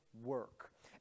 work